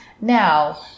now